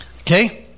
Okay